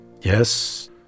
Yes